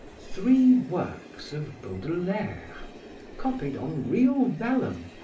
three works of baudelaire copied on real vellum,